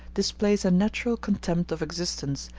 displays a natural contempt of existence,